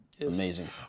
amazing